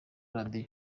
radio